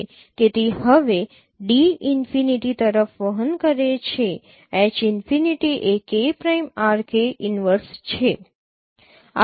તેથી હવે d infinity તરફ વહન કરે છે H ઈનફિનિટી એ K prime R K inverse છે